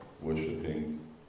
worshipping